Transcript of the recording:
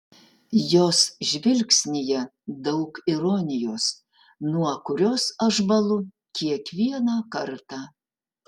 jos žvilgsnyje daug ironijos nuo kurios aš bąlu kiekvieną kartą